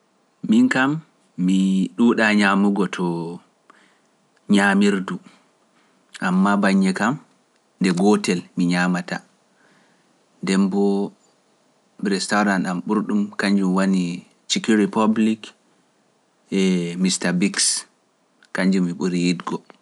Min kam, mi ɗuuɗa ñaamugo to ñaamirdu, amma baññe kam nde gootel(one) mi ñaamata. Dembo ɓe restaurant ɗam ɓurɗum, kañjum wani Cikiripublik e Mr. Bix, kañjum mi ɓuri yiɗgo.